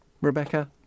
Rebecca